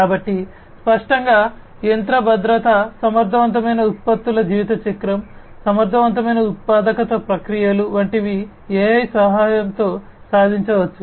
కాబట్టి స్పష్టంగా యంత్రభద్రత సమర్థవంతమైన ఉత్పత్తుల జీవితచక్రం సమర్థవంతమైన ఉత్పాదక ప్రక్రియలు వంటివి AI సహాయంతో సాధించవచ్చు